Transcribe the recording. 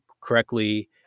correctly